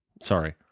Sorry